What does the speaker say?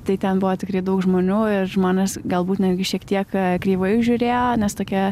tai ten buvo tikrai daug žmonių ir žmonės galbūt netgi šiek tiek kreivai žiūrėjo nes tokia